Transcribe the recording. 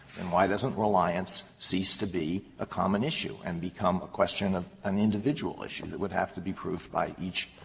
then why doesn't reliance cease to be a common issue and become a question of an individual issue that would have to be proved by each,